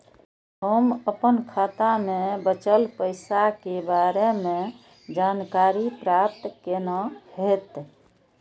हम अपन खाता में बचल पैसा के बारे में जानकारी प्राप्त केना हैत?